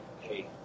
hey